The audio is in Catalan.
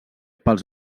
pels